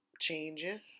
changes